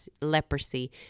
leprosy